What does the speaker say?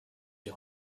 die